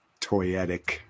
toyetic